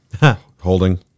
holding